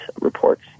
reports